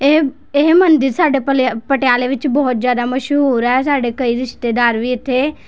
ਇਹ ਇਹ ਮੰਦਰ ਸਾਡੇ ਪਲੇ ਪਟਿਆਲੇ ਵਿੱਚ ਬਹੁਤ ਜ਼ਿਆਦਾ ਮਸ਼ਹੂੂਰ ਹੈ ਸਾਡੇ ਕਈ ਰਿਸ਼ਤੇਦਾਰ ਵੀ ਇੱਥੇ